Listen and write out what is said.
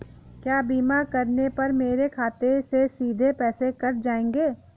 क्या बीमा करने पर मेरे खाते से सीधे पैसे कट जाएंगे?